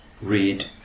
read